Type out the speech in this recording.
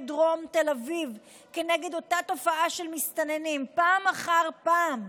דרום תל אביב כנגד אותה תופעה של מסתננים פעם אחר פעם,